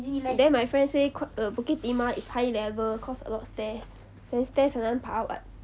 then my friend say qui~ err bukit timah is high level cause a lot of stairs then stairs 很难爬 [what]